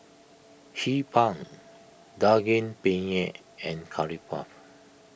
Hee Pan Daging Penyet and Curry Puff